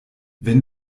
wenn